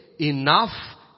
enough